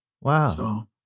Wow